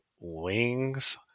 wings